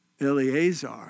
Eleazar